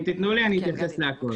אם תיתנו לי אני אתייחס לכול.